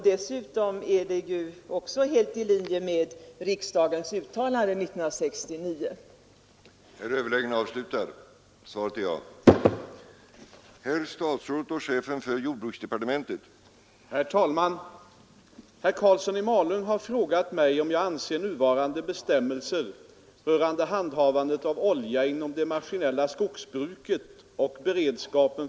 Dessutom är det helt i linje med riksdagens uttalande 1969 och det regionalpolitiska beslutet 1972.